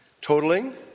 totaling